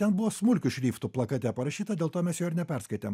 ten buvo smulkiu šriftu plakate parašyta dėl to mes jo ir neperskaitėm